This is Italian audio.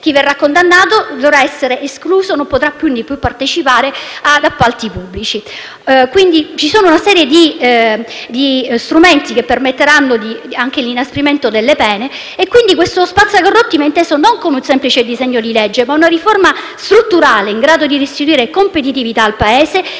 Chi verrà condannato dovrà essere escluso e non potrà quindi più partecipare ad appalti pubblici. Ci sono quindi una serie di strumenti che permetteranno l'inasprimento delle pene e quindi il cosiddetto spazza corrotti viene inteso non come un semplice disegno di legge, ma come una riforma strutturale in grado di restituire competitività al Paese e di operare il